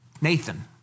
Nathan